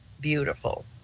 beautiful